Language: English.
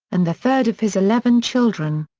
and the third of his eleven children.